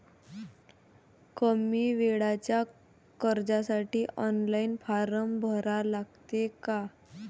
कमी वेळेच्या कर्जासाठी ऑनलाईन फारम भरा लागते का?